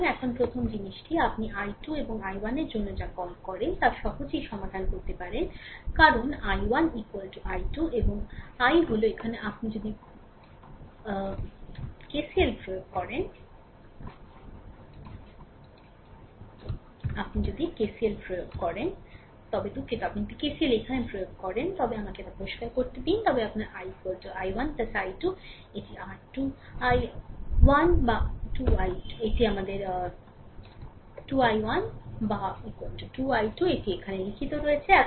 সুতরাং এখন প্রথম জিনিসটি আপনি i2 এবং i1 এর জন্য যা কল করেন তা সহজেই সমাধান করতে পারেন কারণ i1 i2 এবং I হল এখানে যদি আপনি KCL প্রয়োগ করেন তবে দুঃখিত আপনি যদি KCL এখানে প্রয়োগ করেন তবে আমাকে তা পরিষ্কার করতে দিন আপনার i i1 i2 এটি 2 i1 বা 2 i2 এটি এখানে লিখিত হয়েছে